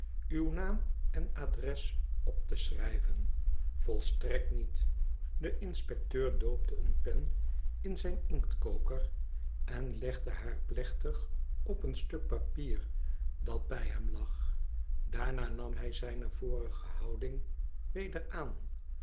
qw naam en adres op te schrijven volstrekt niet de inspecteur doopte eene pen in zijn inktkoker en lede haar plechtig op een stuk papier dat bij hem lag daarna nam hij zijne vorige houig weder aan